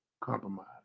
compromise